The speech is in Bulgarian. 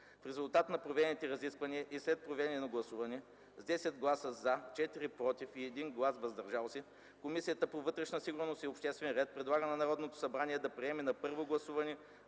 В резултата на проведените разисквания и след проведено гласуване, с 10 гласа „за”, 4 гласа „против” и 1 глас „въздържал се” Комисията по вътрешна сигурност и обществен ред предлага на Народното събрание да приеме на първо гласуване